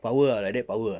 power ah like that power